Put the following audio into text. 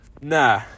Nah